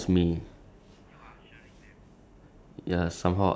okay there's okay there's like okay imagine the tram